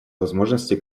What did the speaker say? возможности